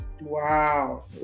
Wow